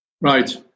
Right